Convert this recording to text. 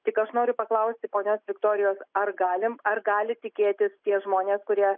tik aš noriu paklausti ponios viktorijos ar galim ar gali tikėtis tie žmonės kurie